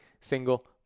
single